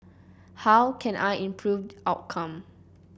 how can I improve outcome